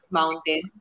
mountain